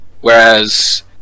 whereas